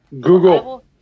Google